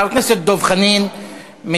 חבר הכנסת דב חנין מתנגד.